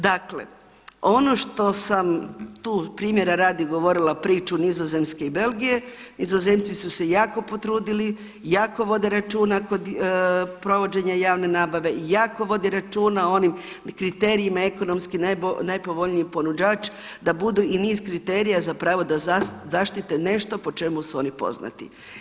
Dakle, ono što sam tu primjera radi govorila priču Nizozemske i Belgije, Nizozemci su se jako potrudili, jako vode računa kod provođenja javne nabave i jako vode računa o onim kriterijima ekonomski najpovoljnijih ponuđača da budu i niz kriterija zapravo da zaštite nešto po čemu su oni poznati.